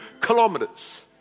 kilometers